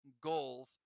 goals